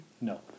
No